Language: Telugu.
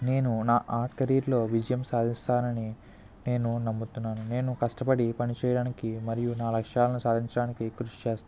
నేను నా ఆర్ట్ కెరీర్లో విజయం సాధిస్తానని నేను నమ్ముతున్నాను నేను కష్టపడి పనిచేయడానికి మరియు నా లక్ష్యాలను సాధించడానికి కృషి చేస్తాను